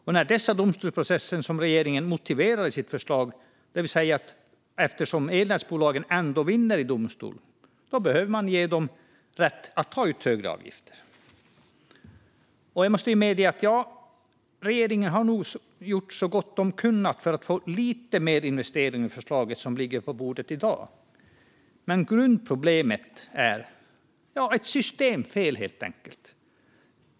Det är dessa domstolsprocesser som regeringen motiverar sitt förslag med, det vill säga att eftersom elnätsbolagen ändå vinner i domstol behöver man ge dem rätt att ta ut högre avgifter. Jag måste medge att regeringen nog har gjort så gott de kunnat för att få till lite mer investeringar i det förslag som ligger på bordet i dag, men grundproblemet är att det helt enkelt är ett systemfel.